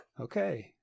Okay